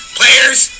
players